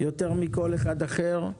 יותר מכל אחד אחר,